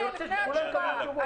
אני אשמח לשמוע מה התשובה לזה.